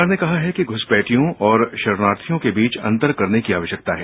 सरकार ने कहा है कि घुसपैठियों और शरणार्थियों के बीच अंतर करने की आवश्यकता है